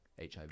hiv